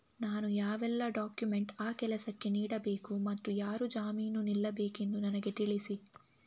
ನಾನು ಯಾವೆಲ್ಲ ಡಾಕ್ಯುಮೆಂಟ್ ಆ ಸಾಲಕ್ಕೆ ನೀಡಬೇಕು ಮತ್ತು ಯಾರು ಜಾಮೀನು ನಿಲ್ಲಬೇಕೆಂದು ನನಗೆ ತಿಳಿಸಿ?